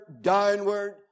downward